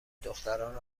دختران